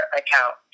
account